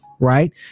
right